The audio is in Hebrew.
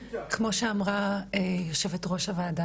כמו שאמרה יושבת-ראש הוועדה,